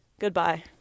Goodbye